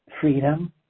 freedom